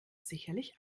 sicherlich